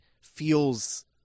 feels